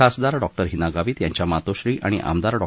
खासदार डॉ हिना गावित यांच्या मातोश्री आणि आमदार डॉ